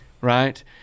Right